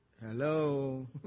Hello